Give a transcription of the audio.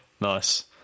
Nice